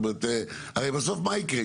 הרי בסוף מה יקרה?